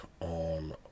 on